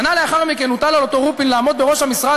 שנה לאחר מכן הוטל על אותו רופין לעמוד בראש "המשרד